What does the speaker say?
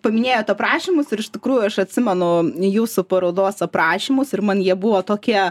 paminėjot aprašymus ir iš tikrųjų aš atsimenu jūsų parodos aprašymus ir man jie buvo tokie